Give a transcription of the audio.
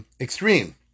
extreme